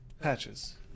Patches